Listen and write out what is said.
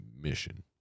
mission